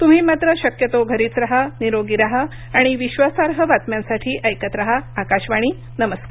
तुम्ही मात्र शक्यतो घरीच राहा निरोगी राहा आणि विश्वासार्ह बातम्यासांठी ऐकत राहा आकाशवाणी नमस्कार